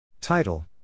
Title